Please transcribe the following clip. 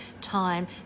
time